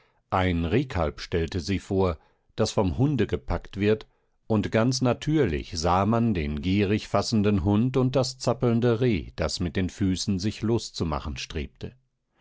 ein rehkalb stellte sie vor das vom hunde gepackt wird und ganz natürlich sah man den gierig fassenden hund und das zappelnde reh das mit den füßen sich loszumachen strebte